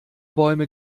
bäume